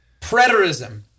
preterism